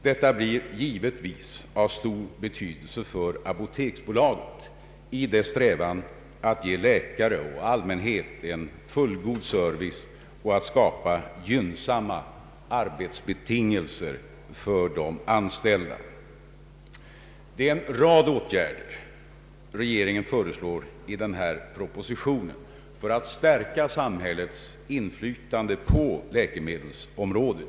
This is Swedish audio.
Detta blir givetvis av stor betydelse för apoteksbolaget i dess strävan att ge läkare och allmänhet en god service och att skapa gynnsamma arbetsbetingelser för de anställda; Regeringen föreslår i den här propositionen en rad åtgärder för att stärka samhällets inflytande på läkemedelsområdet.